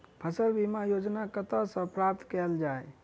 फसल बीमा योजना कतह सऽ प्राप्त कैल जाए?